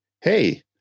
hey